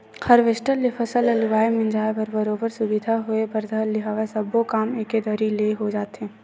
harvester ले फसल ल लुवाए मिंजाय म बरोबर सुबिधा होय बर धर ले हवय सब्बो काम एके दरी ले हो जाथे